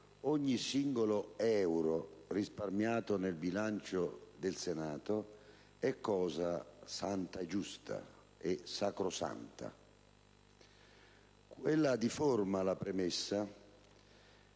ogni singolo euro risparmiato nel bilancio del Senato è cosa santa, giusta e sacrosanta. La premessa